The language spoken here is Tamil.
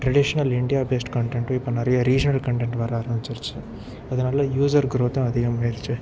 ட்ரெடிஷ்னல் இண்டியா பெஸ்ட் கன்டென்ட்டும் இப்போ நிறைய ரீஜினல் கன்டென்ட் வர ஆரம்பிச்சிருச்சு அதனால் யூசர் க்ரோத்தும் அதிகமாகிருச்சி